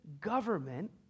government